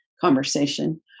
conversation